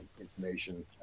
information